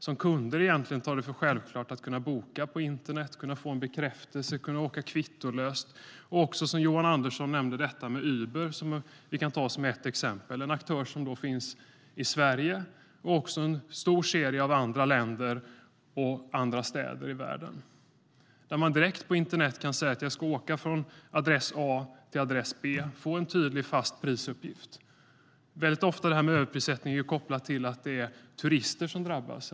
Som kunder tar vi det för självklart att kunna boka på internet, få bekräftelse och åka kvittolöst. Johan Andersson nämnde Uber. Det är en aktör som finns i Sverige och i en stor serie av andra länder och städer i världen. Man kan direkt på internet säga att man ska åka från adress A till adress B och få en tydlig och fast prisuppgift. Överprissättning är ofta kopplad till att turister drabbas.